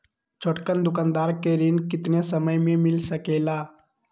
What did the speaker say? छोटकन दुकानदार के ऋण कितने समय मे मिल सकेला?